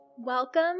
Welcome